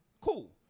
Cool